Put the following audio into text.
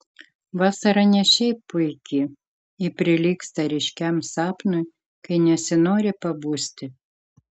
vasara ne šiaip puiki ji prilygsta ryškiam sapnui kai nesinori pabusti